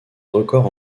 record